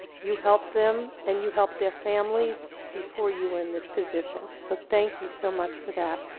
you helped them and you helped their families before you were in this position, so thank you so much for that.